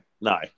No